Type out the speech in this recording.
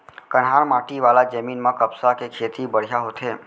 कन्हार माटी वाला जमीन म कपसा के खेती बड़िहा होथे